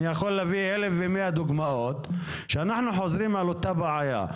אני יכול להביא אלף דוגמאות אנחנו חוזרים על אותה בעיה.